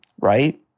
right